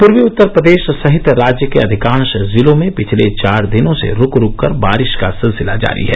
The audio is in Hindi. पूर्वी उत्तर प्रदेश सहित राज्य के अधिकांश जिलों में पिछले चार दिनों से रूक रूक कर बारिश का सिलसिला जारी है